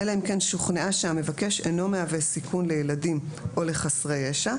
אלא אם כן שוכנעה שהמבקש אינו מהווה סיכון לילדים או לחסרי ישע,